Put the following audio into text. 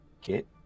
get